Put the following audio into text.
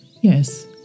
Yes